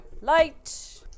Light